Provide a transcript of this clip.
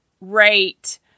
rate